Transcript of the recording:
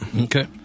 Okay